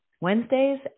Wednesdays